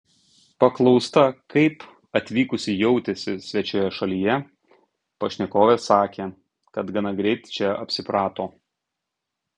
paklausta kaip atvykusi jautėsi svečioje šalyje pašnekovė sakė kad gana greit čia apsiprato